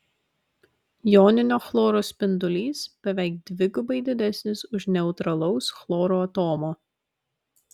joninio chloro spindulys beveik dvigubai didesnis už neutralaus chloro atomo